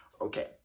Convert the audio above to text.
Okay